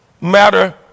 matter